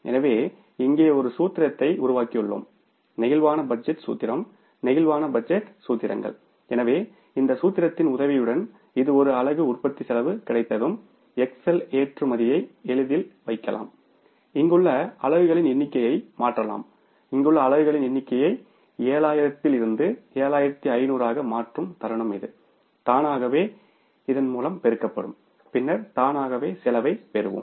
எனவே இங்கே ஒரு சூத்திரத்தை உருவாக்கியுள்ளோம் பிளேக்சிபிள் பட்ஜெட் சூத்திரம் பிளேக்சிபிள் பட்ஜெட் சூத்திரங்கள் எனவே இந்த சூத்திரத்தின் உதவியுடன் இது ஒரு அலகு உற்பத்தி செலவு கிடைத்ததும் எக்செல் ஏற்றுமதியை எளிதில் வைக்கலாம் இங்குள்ள அலகுகளின் எண்ணிக்கையை மாற்றலாம் இங்குள்ள அலகுகளின் எண்ணிக்கையை 7000 இலிருந்து 7500 ஆக மாற்றும் தருணம் இது தானாகவே இதன் மூலம் பெருக்கப்படும் பின்னர் தானாகவே செலவைப் பெறுவோம்